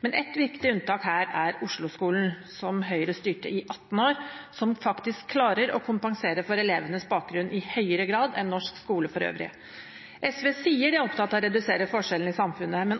men